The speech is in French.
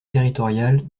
territorial